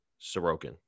Sorokin